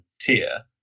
tier